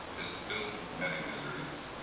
is filled with many miseries.